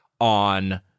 on